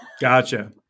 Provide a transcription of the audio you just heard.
Gotcha